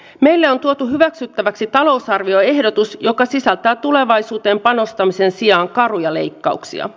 meille on tuotu hyväksyttäväksi talousarvioehdotus joka sisältää tulevaisuuteen panostamisen sijaan karuja leikkauksia